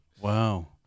Wow